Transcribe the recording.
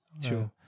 sure